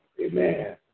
Amen